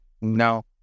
No